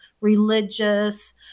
religious